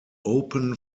open